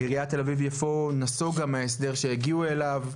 עיריית תל אביב-יפו נסוגה מההסדר שהגיעו אליו.